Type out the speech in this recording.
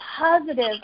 positive